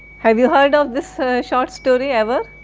have you heard of this short story ever?